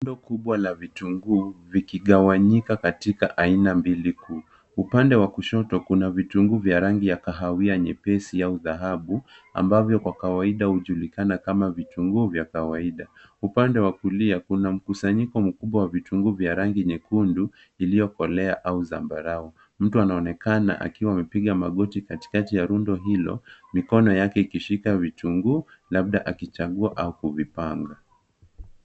Rundo kubwa la vitunguu vikigawanyika katika aina mbili kuu. Upande wa kushoto kuna vitunguu vya rangi ya kahawia nyepesi au dhahabu ambavyo kwa kawaida hujulikana kama vitungu vya kawaida. Upande wa kulia kuna mkusanyiko mkubwa wa vitunguu vya rangi nyekundu iliyokoloea au zambarau. Mtu anaonekana akiwa amepiga magoti katikati ta rundo hilo, mikono yake ikishika vitungu labda akichagua au kivipanga.